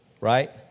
Right